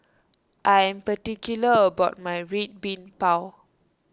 I am particular about my Red Bean Bao